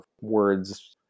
words